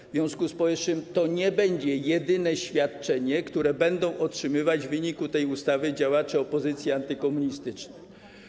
W związku z powyższym to nie będzie jedyne świadczenie, które będą otrzymywać w wyniku tej ustawy działacze opozycji antykomunistycznej.